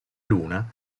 luna